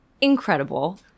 incredible